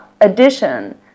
addition